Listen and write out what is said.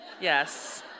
Yes